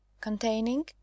Containing